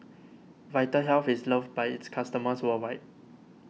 Vitahealth is loved by its customers worldwide